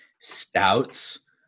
stouts